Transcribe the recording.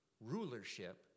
rulership